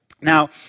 Now